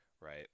Right